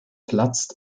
platzt